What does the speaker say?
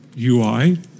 UI